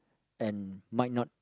and might not